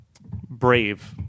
brave